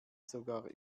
sogar